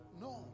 No